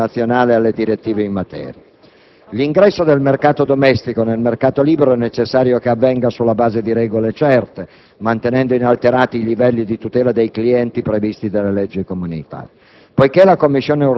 dell'ordinamento nazionale alle direttive in materia. L'ingresso del mercato domestico nel mercato libero è necessario che avvenga sulla base di regole certe, mantenendo inalterati i livelli di tutela dei clienti previsti dalle leggi comunitarie.